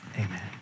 Amen